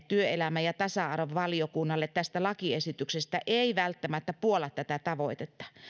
työelämä ja tasa arvovaliokunnalle antama vastine tästä lakiesityksestä ei välttämättä puolla tätä tavoitetta